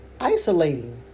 isolating